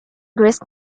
grist